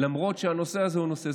למרות שהנושא הוא נושא חשוב.